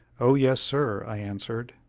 o yes, sir, i answered.